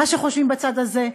ומה שחושבים בצד הזה,